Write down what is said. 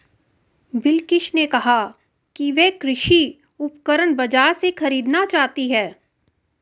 बिलकिश ने कहा कि वह कृषि उपकरण बाजार से खरीदना चाहती है